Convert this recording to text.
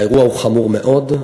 האירוע הוא חמור מאוד.